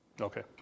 Okay